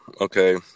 Okay